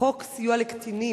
חוק סיוע לקטינים